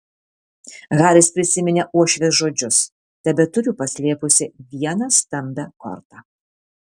haris prisiminė uošvės žodžius tebeturiu paslėpusi vieną stambią kortą